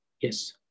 Yes